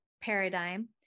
paradigm